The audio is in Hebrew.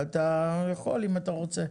אתה יכול אם אתה רוצה,